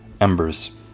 Embers